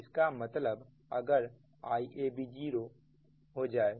इसका मतलब अगर Ib0 हो जाएगा